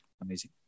Amazing